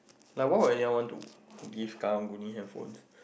like why were you want to give karang guni handphones